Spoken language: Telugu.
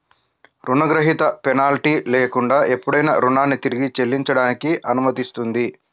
రుణగ్రహీత పెనాల్టీ లేకుండా ఎప్పుడైనా రుణాన్ని తిరిగి చెల్లించడానికి అనుమతిస్తుంది